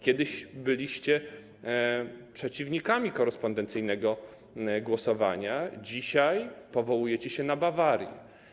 Kiedyś byliście przeciwnikami korespondencyjnego głosowania, dzisiaj powołujecie się na Bawarię.